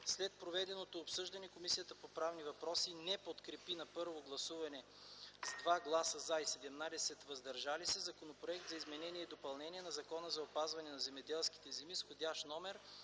След проведеното обсъждане Комисията по правни въпроси не подкрепи на първо гласуване с 2 гласа „за” и 17 „въздържали се” Законопроект за изменение и допълнение на Закона за опазване на земеделските земи с вх.